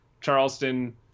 Charleston